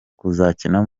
kuzakina